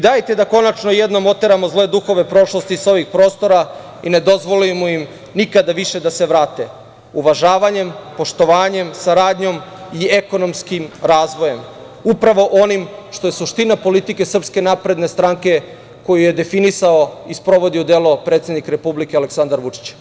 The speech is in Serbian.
Dajete da konačno jednom oteramo zle duhove prošlosti sa ovih prostora i ne dozvolimo im nikada više da se vrate, uvažavanjem, poštovanjem, saradnjom i ekonomskim razvojem, upravo onim što je suština politike SNS, koju je definisao i sprovodi u delo predsednik Republike Aleksandar Vučić.